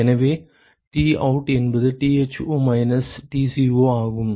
எனவே Tout என்பது Tho minus Tco ஆகும்